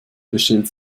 bestellt